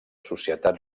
societat